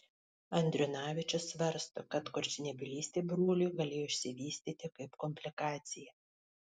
andriunavičius svarsto kad kurčnebylystė broliui galėjo išsivystyti kaip komplikacija